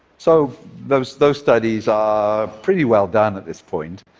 so those those studies are pretty well done at this point.